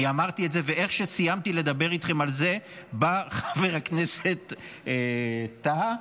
ואיך שסיימתי לדבר איתכם על זה בא חבר הכנסת טאהא,